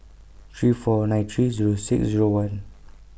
three four nine three Zero six Zero one